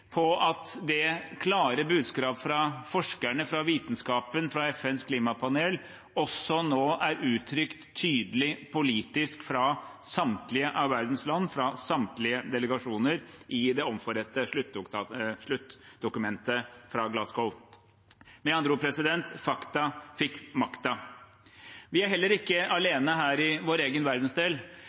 på at det klare budskap fra forskerne, fra vitenskapen og fra FNs klimapanel også er uttrykt tydelig politisk fra samtlige av verdens land, fra samtlige delegasjoner i det omforente sluttdokumentet fra Glasgow. Med andre ord: Fakta fikk makta. Vi er heller ikke alene her i vår egen verdensdel,